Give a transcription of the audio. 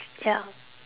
ya